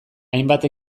hainbat